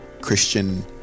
christian